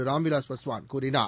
ராம்விலாஸ் பஸ்வான் கூறினார்